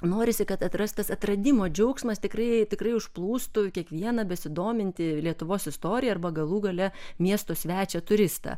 norisi kad atrastas atradimo džiaugsmas tikrai tikrai užplūstų kiekvieną besidomintį lietuvos istorijai arba galų gale miesto svečią turistą